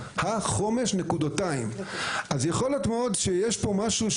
החומש: " אז יכול מאד להיות שיש פה משהו,